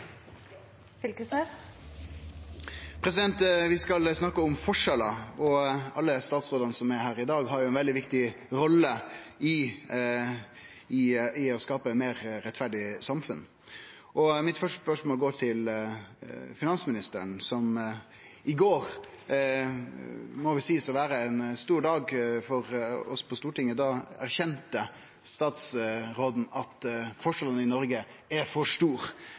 er her i dag, har ei veldig viktig rolle i å skape eit meir rettferdig samfunn. Det første spørsmålet mitt går til finansministeren, som i går – og det må vel kunne seiast å vere ein stor dag for oss på Stortinget – erkjende at forskjellane i Noreg er for